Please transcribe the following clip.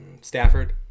Stafford